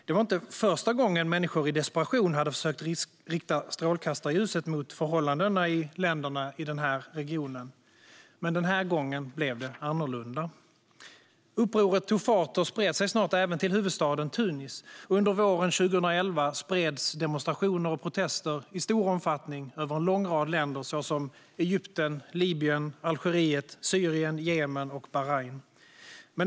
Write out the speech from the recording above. Det var inte första gången människor i desperation hade försökt rikta strålkastarljuset mot förhållandena i länderna i den här regionen. Men den här gången blev det annorlunda. Upproret tog fart och spred sig snart även till huvudstaden Tunis. Under våren 2011 spreds demonstrationer och protester i stor omfattning över en lång rad länder såsom Egypten, Libyen, Algeriet, Syrien, Jemen och Bahrain.